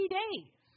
days